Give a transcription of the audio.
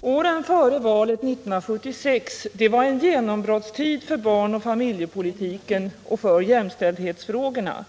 Åren före valet 1976 var en genombrottstid för barnoch familjepolitiken och för jämställdhetsfrågorna.